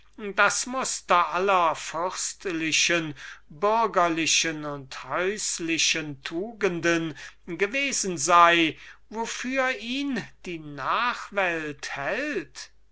das muster aller fürstlichen bürgerlichen und häuslichen tugenden gewesen sei wofür ihn die nachwelt hält